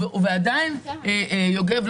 יוגב,